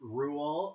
rule